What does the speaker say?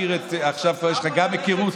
עכשיו יש לך גם היכרות,